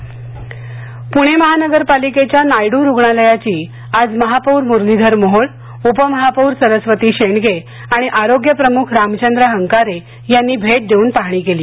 महापौर नायडू रुग्णालय भेट पुणे महानगरपालिकेच्या नायडू रुग्णालयाची आज महापौर मुरलीधर मोहोळ उपमहापौर सरस्वती शेंडगे आणि आरोग्य प्रमुख रामचंद्र हंकारे यांनी भेट देऊन पाहणी केली